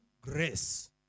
grace